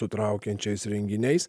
sutraukiančiais renginiais